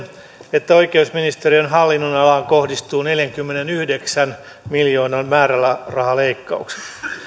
että oikeusministeriön hallinnonalaan kohdistuu neljänkymmenenyhdeksän miljoonan määrärahaleikkaukset